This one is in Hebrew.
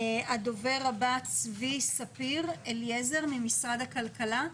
הדוברת הבאה, דבי ספיר אליעזר ממשרד הכלכלה.